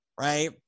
right